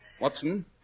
Watson